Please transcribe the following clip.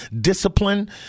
discipline